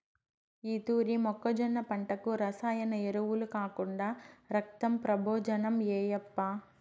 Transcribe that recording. ఈ తూరి మొక్కజొన్న పంటకు రసాయన ఎరువులు కాకుండా రక్తం ప్రబోజనం ఏయప్పా